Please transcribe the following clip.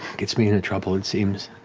gets me into trouble, it seems.